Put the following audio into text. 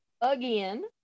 Again